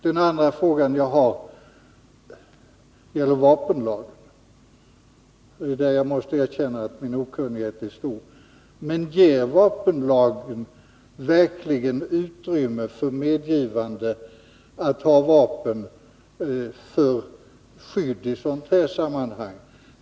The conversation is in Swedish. Den andra frågan jag har gäller vapenlagen, där jag måste erkänna att min okunnighet är stor. Ger vapenlagen verkligen utrymme för medgivande att ha vapen för skydd i sådana här sammanhang?